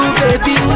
baby